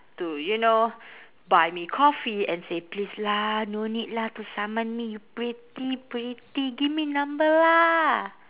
to you know buy me coffee and say please lah no need lah to saman me you pretty pretty give me number lah